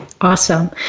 awesome